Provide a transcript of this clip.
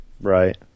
Right